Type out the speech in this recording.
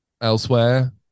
elsewhere